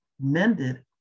mended